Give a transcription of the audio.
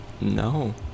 No